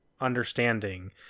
understanding